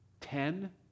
ten